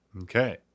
Okay